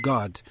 God